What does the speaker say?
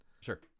sure